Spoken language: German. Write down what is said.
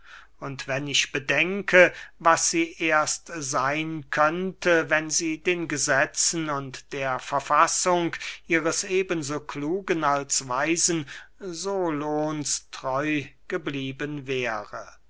und wenn ich bedenke was sie erst seyn könnte wenn sie den gesetzen und der verfassung ihres eben so klugen als weisen solons treu geblieben wäre